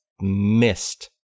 missed